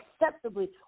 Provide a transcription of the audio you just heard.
acceptably